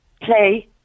play